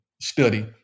study